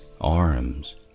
arms